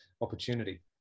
opportunity